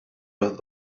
los